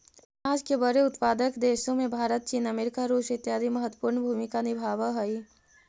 अनाज के बड़े उत्पादक देशों में भारत चीन अमेरिका रूस इत्यादि महत्वपूर्ण भूमिका निभावअ हई